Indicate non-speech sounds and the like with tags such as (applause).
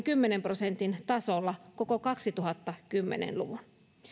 (unintelligible) kymmenen prosentin tasolla koko kaksituhattakymmenen luvun